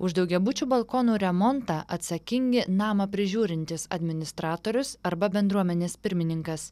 už daugiabučių balkonų remontą atsakingi namą prižiūrintis administratorius arba bendruomenės pirmininkas